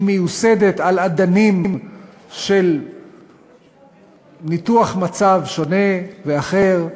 היא מיוסדת על אדנים של ניתוח מצב שונה, ואחר,